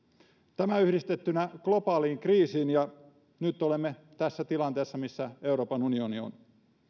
tämä yhdistettynä globaaliin kriisiin ja nyt olemme tässä tilanteessa missä euroopan unioni on